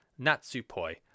Natsupoi